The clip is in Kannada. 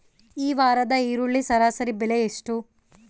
ಈ ವಾರದ ಈರುಳ್ಳಿ ಸರಾಸರಿ ಬೆಲೆ ಎಷ್ಟು?